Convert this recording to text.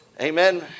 Amen